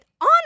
on